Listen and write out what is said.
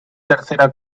tercera